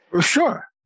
sure